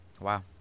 Wow